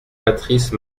patrice